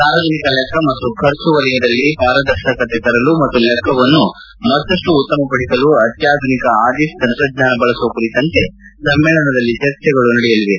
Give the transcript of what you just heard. ಸಾರ್ವಜನಿಕ ಲೆಕ್ಕ ಮತ್ತು ಖರ್ಚು ವಲಯದಲ್ಲಿ ಪಾರದರ್ಶಕತೆ ತರಲು ಮತ್ತು ಲೆಕ್ಕವನ್ನು ಇನ್ನಷ್ಟು ಉತ್ತಮ ಪಡಿಸಲು ಅತ್ಯಾಧುನಿಕ ಆಡಿಟ್ ತಂತ್ರಜ್ಞಾನ ಬಳಸುವ ಕುರಿತಂತೆ ಸಮ್ಮೇಳನದಲ್ಲಿ ಚರ್ಚೆಗಳು ನಡೆಯಲಿವೆ